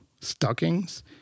stockings